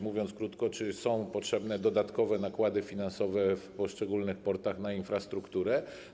Mówiąc krótko: Czy są potrzebne dodatkowe nakłady finansowe w poszczególnych portach na infrastrukturę?